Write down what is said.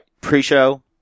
pre-show